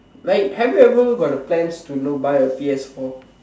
like have you ever got the plans to know buy a P_S-four